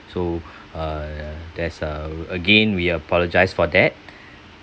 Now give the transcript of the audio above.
so uh that's a again we apologise for that